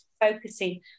focusing